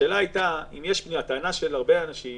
השאלה הייתה אם יש בטענה של הרבה אנשים